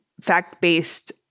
fact-based